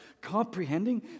comprehending